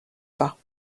pas